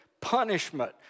punishment